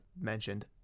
mentioned